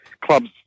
clubs